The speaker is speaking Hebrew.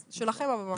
אז שלכם הבמה.